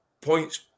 points